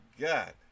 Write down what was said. god